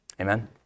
Amen